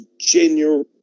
genuine